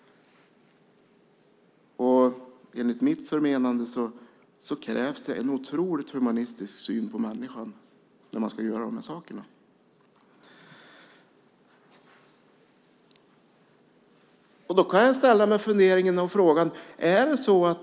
Enligt mitt förmenande krävs det en otroligt humanistiskt syn på människan när man ska göra de här sakerna. Jag har en fundering och ställer mig en fråga.